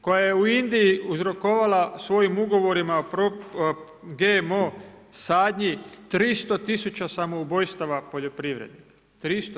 Koja je u Indiji uzrokovala svojim ugovorima, GMO sadnji 300000 samoubojstava poljoprivrednika, 300000.